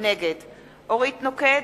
נגד אורית נוקד,